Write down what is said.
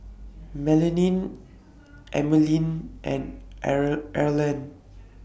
Melanie Emmaline and Erland